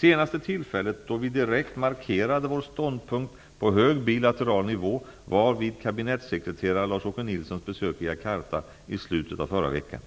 Senaste tillfället då vi direkt markerade vår ståndpunkt på hög bilateral nivå var vid kabinettssekreterare Lars-Åke Nilssons besök i Jakarta i slutet av förra veckan.